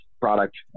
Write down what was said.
product